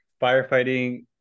firefighting